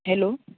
hello